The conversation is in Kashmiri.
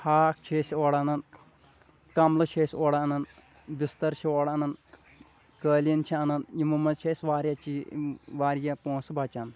ہاکھ چھِ أسۍ اورٕ اَنان کَملہٕ چھِ أسۍ اورٕ اَنان بِستر چھِ اورٕ انَان کٲلیٖن چھِ انان یِمو منٛز چھِ اسہِ واریاہ چیٖز واریاہ پۄنسہٕ بچان